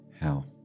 health